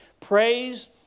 Praise